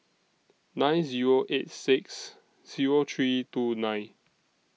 nine Zero eight six Zero three two nine